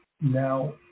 now